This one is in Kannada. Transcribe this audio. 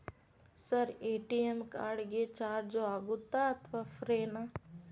ಸರ್ ಎ.ಟಿ.ಎಂ ಕಾರ್ಡ್ ಗೆ ಚಾರ್ಜು ಆಗುತ್ತಾ ಅಥವಾ ಫ್ರೇ ನಾ?